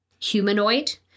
humanoid